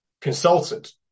consultant